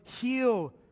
heal